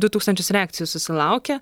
du tūkstančius reakcijų susilaukė